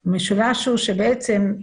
בעצם,